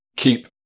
Keep